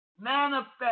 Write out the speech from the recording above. manifest